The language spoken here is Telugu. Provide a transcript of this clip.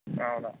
అవును